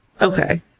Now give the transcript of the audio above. okay